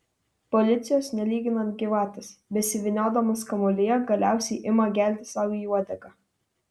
policijos nelyginant gyvatės besivyniodamos kamuolyje galiausiai ima gelti sau į uodegą